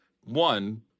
One